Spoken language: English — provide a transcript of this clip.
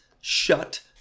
shut